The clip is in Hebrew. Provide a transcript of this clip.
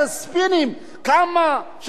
כמה שאנחנו לא עשינו שום דבר.